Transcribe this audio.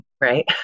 right